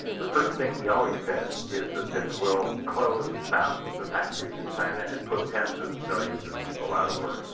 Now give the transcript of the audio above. the first thing he always says is that this will close thousands of factories in china and put tens of millions of people out of work,